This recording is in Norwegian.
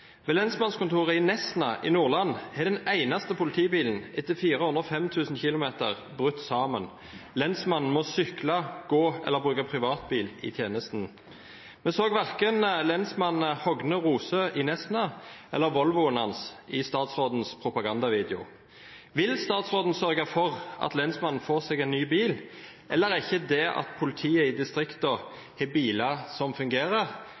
Ved lensmannskontoret i Nesna i Nordland har den eneste politibilen etter 405 000 km brutt sammen. Lensmannen må sykle, gå eller bruke privatbil i tjenesten. Vi så verken lensmann Hogne Rosø i Nesna eller Volvoen hans i statsrådens propagandavideo. Vil statsråden sørge for at lensmannen får seg en ny bil, eller er ikke det at politiet i distriktene har biler som fungerer,